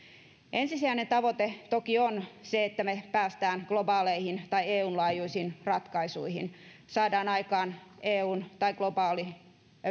ensisijainen tavoite toki on se että me pääsemme globaaleihin tai eun laajuisiin ratkaisuihin saadaan aikaan eun tai globaali